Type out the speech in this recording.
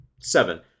Seven